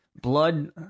blood